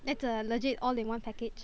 that's a legit all in one package